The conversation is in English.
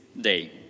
day